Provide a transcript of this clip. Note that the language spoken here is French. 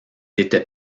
était